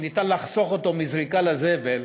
שאפשר לחסוך אותו מזריקה לזבל,